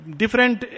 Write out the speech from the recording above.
different